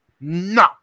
no